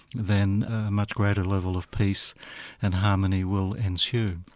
then a much greater level of peace and harmony will ensue.